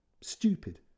stupid